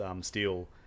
Steel